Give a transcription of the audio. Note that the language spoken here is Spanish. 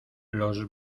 los